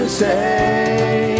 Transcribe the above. say